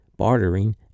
bartering